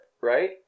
right